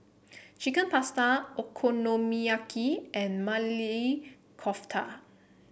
Chicken Pasta Okonomiyaki and Maili Kofta